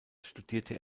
studierte